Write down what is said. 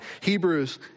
Hebrews